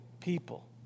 people